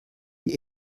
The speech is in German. die